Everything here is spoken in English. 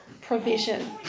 Provision